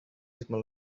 smell